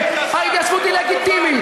כן, ההתיישבות היא לגיטימית.